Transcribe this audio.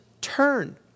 turn